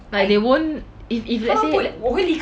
like they won't if if let's say